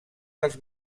dels